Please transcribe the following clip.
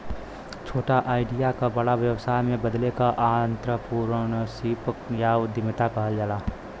छोटा आईडिया क बड़ा व्यवसाय में बदले क आंत्रप्रनूरशिप या उद्दमिता कहल जाला